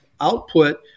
output